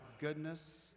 goodness